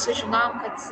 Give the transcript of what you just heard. sužinojom kad